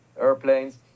airplanes